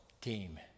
team